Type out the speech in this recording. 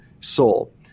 soul